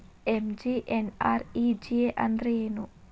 MGNREGA ಅಂದ್ರೆ ಏನು?